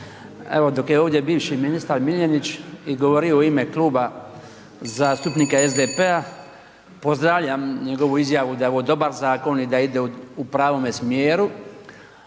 Evo dok je ovdje bivši ministar Miljenić i govorio u ime Kluba zastupnika SDP-a pozdravljam njegovu izjavu da je ovo dobar zakon i da ide u pravome smjeru,